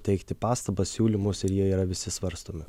teikti pastabas siūlymus ir jie yra visi svarstomi